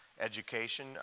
education